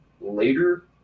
later